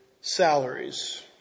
salaries